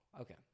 Okay